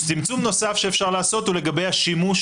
צמצום נוסף שאפשר לעשות הוא לגבי השימוש